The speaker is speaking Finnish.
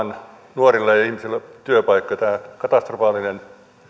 nuorille ja muille ihmisille työpaikka tämä katastrofaalinen